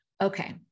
Okay